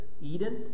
Eden